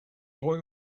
boy